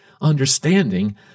Understanding